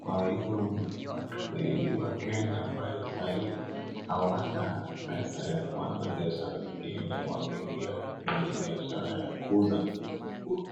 Kwa hivyo watu wengi wa Kenya ambayo sahii hawana pesa ya kuanza biashara zingine wameiNgia kwenye biashara ya kuuza nguo.